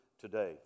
today